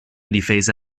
difesa